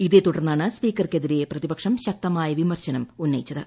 ഇതേ തുടർന്നാണ് സ്പീക്കർക്കെതിരെ പ്രതിപക്ഷം ശക്തമായ വിമർശനം ഉന്നയിച്ചത്